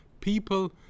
people